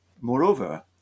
Moreover